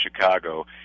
Chicago